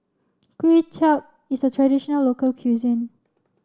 Kuay Chap is a traditional local cuisine